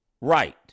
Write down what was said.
right